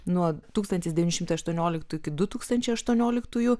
nuo tūkstantis devyni šimtai aštuonioliktųjų iki du tūkstančiai aštuonioliktųjų